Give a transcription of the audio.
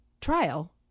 trial –